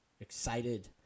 excited